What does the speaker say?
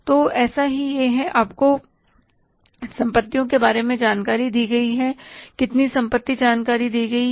तो ऐसा ही यह है आपको संपत्तियों के बारे में जानकारी दी गई है कितनी संपत्ति जानकारी दी गई है